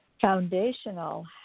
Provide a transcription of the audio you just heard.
foundational